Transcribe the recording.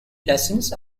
lessons